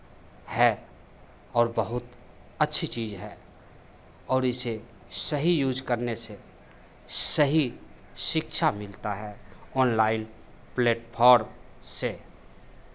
है और बहुत अच्छी चीज़ है और इसे सही यूज़ करने से सही शिक्षा मिलता है ऑनलाइन प्लेटफॉर्म से